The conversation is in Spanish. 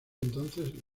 entonces